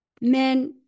men